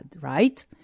right